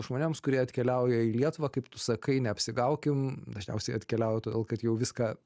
žmonėms kurie atkeliauja į lietuvą kaip tu sakai neapsigaukim dažniausiai atkeliauja todėl kad jau viską